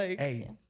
hey